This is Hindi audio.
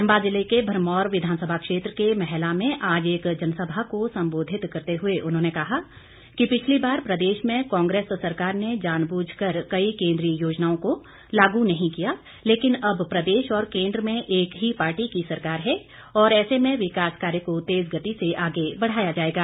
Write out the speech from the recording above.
चंबा ज़िला के भरमौर विधानसभा क्षेत्र के मैहला में आज एक जनसभा को संबोधित करते हुए उन्होंने कहा कि पिछली बार प्रदेश में कांग्रेस सरकार ने जानबूझ कर कई केंद्रीय योजनाओं को लागू नहीं किया लेकिन अब प्रदेश और केंद्र में एक ही पार्टी की सरकार है और ऐसे में विकास कार्य को तेज गति से आगे बढ़ाया जाएगा